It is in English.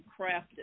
crafted